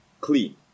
clean